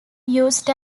used